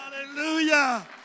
Hallelujah